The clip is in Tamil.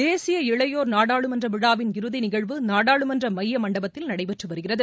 தேசிய இளையோர் நாடாளுமன்ற விழா வின் இறுதி நிகழ்வு நாடாளுமன்ற மைய மண்டபத்தில் நடைபெற்று வருகிறது